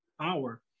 power